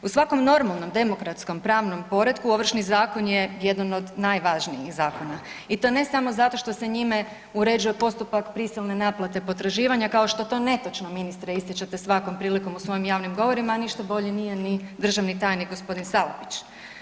U svakom normalnom demokratskom pravnom poretku Ovršni zakon je jedan od najvažnijih zakona i to ne samo zato što se njime uređuje postupak prisilne naplate potraživanja kao što to netočno ministre ističite svakom prilikom u svojim javnim govorima, a ništa bolji ni državni tajnik gospodin Salapić.